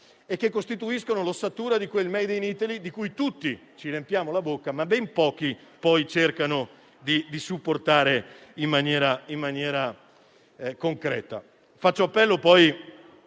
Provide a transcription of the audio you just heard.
e costituiscono l'ossatura di quel *made in Italy* di cui tutti ci riempiamo la bocca, ma che ben pochi, poi, cercano di supportare in maniera concreta.